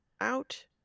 out